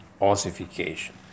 ossification